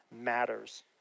matters